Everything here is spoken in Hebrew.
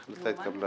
הצבעה